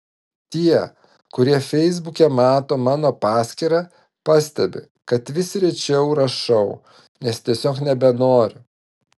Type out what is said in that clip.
tie kurie feisbuke mato mano paskyrą pastebi kad vis rečiau rašau nes tiesiog nebenoriu